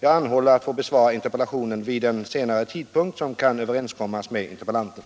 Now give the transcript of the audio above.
Jag anhåller om att få besvara interpellationen vid den senare tidpunkt som kan överenskommas med interpellanten.